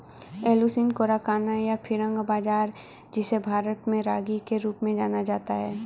Eleusine coracana, या finger बाजरा, जिसे भारत में रागी के रूप में जाना जाता है